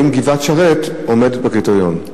האם גבעת-שרת עומדת בקריטריון?